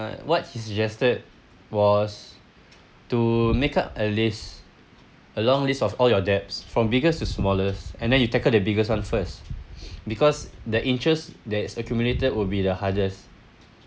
uh what he suggested was to make up a list a long list of all your debts from biggest to smallest and then you tackle the biggest one first because the interest that's accumulated would be the hardest